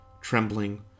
Trembling